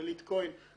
גלית כהן,